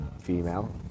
female